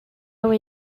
where